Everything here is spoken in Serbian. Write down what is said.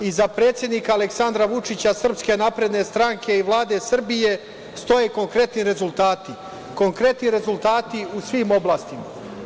Iza predsednika Aleksandra Vučića, SNS i Vlade Srbije stoje konkretni rezultati, konkretni rezultati u svim oblastima.